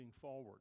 forward